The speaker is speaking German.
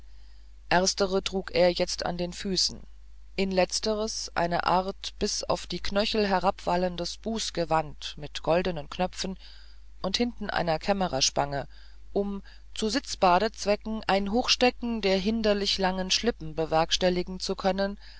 erstere trug er jetzt an den füßen in letzteres eine art bis auf die knöchel herabwallendes bußgewand mit goldenen knöpfen und hinten einer kämmererspange um zu sitzbadezwecken ein hochstecken der hinderlich langen schlippen bewerkstelligen zu können